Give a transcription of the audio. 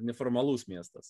neformalus miestas